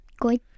Good